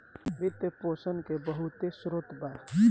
वित्त पोषण के बहुते स्रोत बा